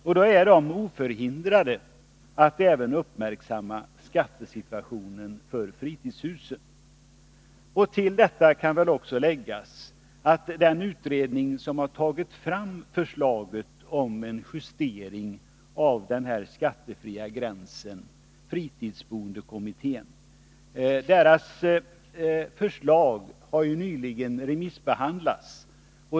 Utredningen är oförhindrad att även uppmärksamma skattesituationen för fritidshus. Till detta kan läggas att den utredning som tagit fram förslaget om en justering av den skattefria gränsen är fritidsboendekommittén. Dess förslag har nyligen remissbehandlats.